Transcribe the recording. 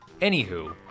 Anywho